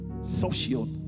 social